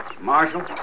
Marshal